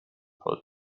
for